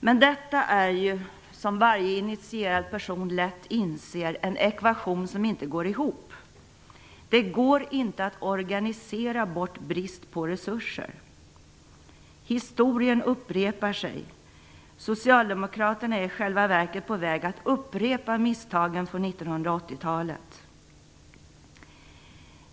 Men detta är ju, som varje initierad person lätt inser, en ekvation som inte går ihop. Det går inte att organisera bort brist på resurser. Historien upprepar sig. Socialdemokraterna är i själva verket på väg att upprepa misstagen från 1980 talet.